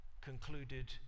concluded